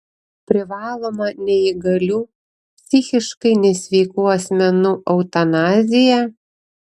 privaloma neįgalių psichiškai nesveikų asmenų eutanazija